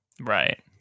Right